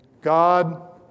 God